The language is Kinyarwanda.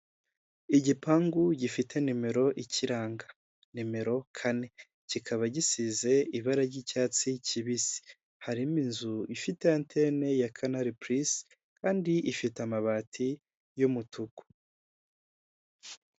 Igipangu gifite numero ikiranga, nimero kane, kikaba gisize ibara ry'icyatsi kibisi, harimo inzu ifite antene ya CANAL PLUS, kandi ifite amabati y'umutuku.